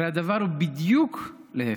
הרי הדבר הוא בדיוק להפך.